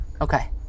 okay